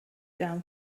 جمع